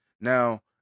Now